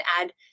add